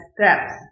steps